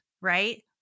right